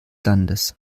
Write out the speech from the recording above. landes